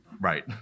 Right